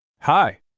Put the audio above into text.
Hi